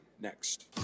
next